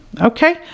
Okay